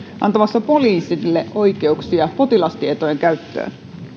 antamassa poliisille oikeuksia potilastietojen käyttöön